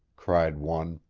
cried one.